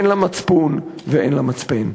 אין לה מצפון ואין לה מצפן.